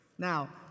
Now